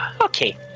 okay